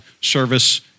service